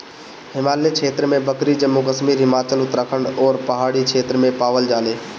हिमालय क्षेत्र में बकरी जम्मू कश्मीर, हिमाचल, उत्तराखंड अउरी पहाड़ी क्षेत्र में पावल जाले